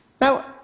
Now